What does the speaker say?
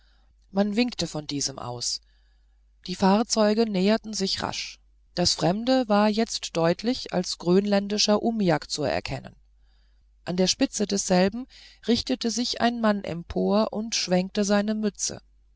man winkte von diesem aus die fahrzeuge näherten sich rasch das fremde war jetzt deutlich als grönländischer umiak zu erkennen an der spitze desselben richtete sich ein mann empor und schwenkte seine mütze